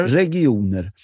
regioner